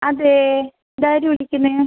അതേ ഇത് ആര് വിളിക്കുന്നത്